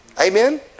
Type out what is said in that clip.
Amen